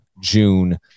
June